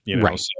Right